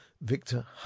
Victor